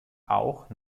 auch